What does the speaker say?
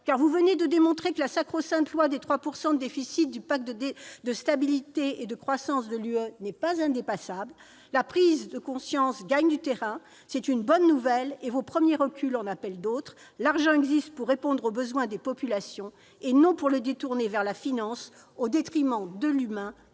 car vous venez de démontrer que la sacro-sainte loi des 3 % de déficit du pacte de stabilité et de croissance de l'Union européenne n'est pas indépassable. La prise de conscience gagne du terrain : c'est une bonne nouvelle, et vos premiers reculs en appellent d'autres. L'argent existe pour répondre aux besoins des populations, non pour être détourné vers la finance, au détriment de l'humain